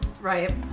Right